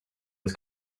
was